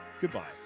Goodbye